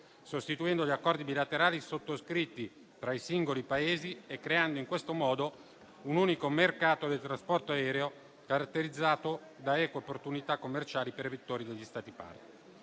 sostituendo gli accordi bilaterali sottoscritti tra i singoli Paesi e creando in questo modo un unico mercato del trasporto aereo, caratterizzato da eque opportunità commerciali per vettori degli Stati parte.